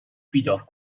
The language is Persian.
بیدار